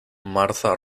martha